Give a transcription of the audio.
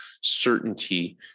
certainty